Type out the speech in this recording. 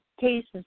cases